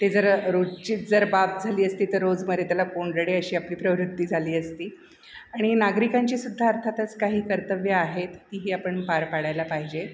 ते जर रोजची जर बाब झाली असती तर रोज मरे त्याला कोण रडे अशी आपली प्रवृत्ती झाली असती आणि नागरिकांची सुद्धा अर्थातच काही कर्तव्य आहेत तीही आपण पार पाडायला पाहिजे